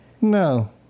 No